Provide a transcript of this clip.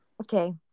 Okay